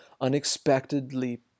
unexpectedly